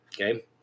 Okay